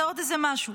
זה עוד איזה משהו.